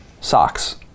Socks